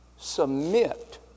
Submit